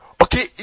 Okay